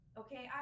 okay